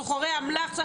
שהם סוחרי אמל"ח.